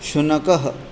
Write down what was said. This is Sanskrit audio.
शुनकः